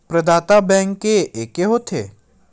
प्रदाता बैंक के एके होथे?